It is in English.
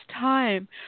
time